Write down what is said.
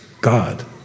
God